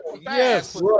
Yes